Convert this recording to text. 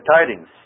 tidings